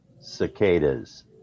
cicadas